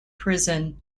prison